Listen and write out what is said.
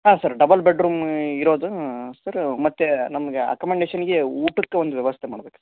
ಹಾಂ sir double bedroom ಇರೋದು sir ಮತ್ತು ನಮಗೆ ಎಕೊಮೊಡೇಶನ್ಗೆ ಊಟಕ್ಕೆ ಒಂದು ವ್ಯವಸ್ಥೆ ಮಾಡಬೇಕಿತ್ತು ಸರ್